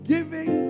Giving